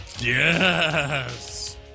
yes